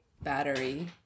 battery